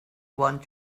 want